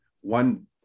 One